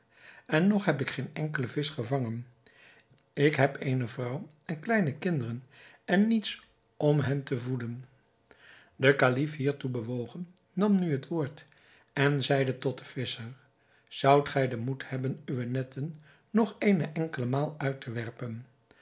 en nog heb ik geen enkelen visch gevangen ik heb eene vrouw en kleine kinderen en niets om hen te voeden de kalif hierdoor bewogen nam nu het woord en zeide tot den visscher zoudt gij den moed hebben uwe netten nog eene enkele maal uit te werpen